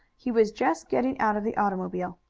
he was just getting out of the automobile.